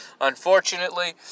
Unfortunately